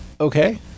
Okay